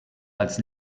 als